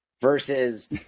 versus